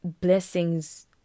blessings